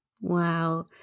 Wow